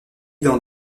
dans